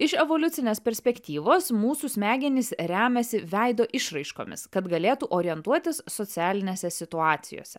iš evoliucinės perspektyvos mūsų smegenys remiasi veido išraiškomis kad galėtų orientuotis socialinėse situacijose